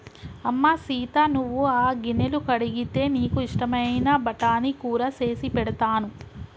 అమ్మ సీత నువ్వు ఆ గిన్నెలు కడిగితే నీకు ఇష్టమైన బఠానీ కూర సేసి పెడతాను